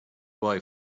boy